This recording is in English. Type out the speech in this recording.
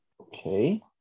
okay